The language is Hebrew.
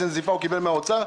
איזו נזיפה הוא קיבל מהאוצר?